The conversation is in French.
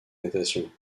natation